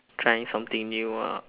trying something new ah